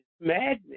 madness